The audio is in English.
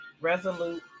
resolute